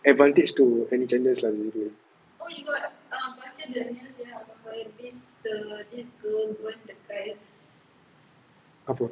advantage to any genders lah gitu apa